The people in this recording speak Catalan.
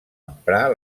emprar